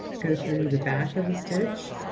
go through the back of the stitch.